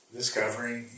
discovering